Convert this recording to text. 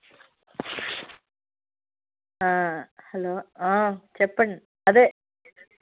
hello చెప్పండి అదే